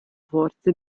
forse